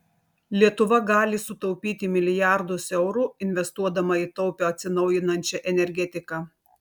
lietuva gali sutaupyti milijardus eurų investuodama į taupią atsinaujinančią energetiką